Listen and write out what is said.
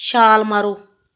ਛਾਲ ਮਾਰੋ